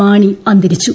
മാണി അന്തരിച്ചു